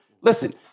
Listen